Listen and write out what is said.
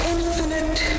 Infinite